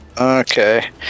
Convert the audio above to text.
Okay